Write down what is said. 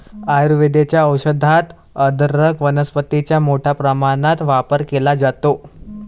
आयुर्वेदाच्या औषधात अदरक वनस्पतीचा मोठ्या प्रमाणात वापर केला जातो